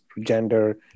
gender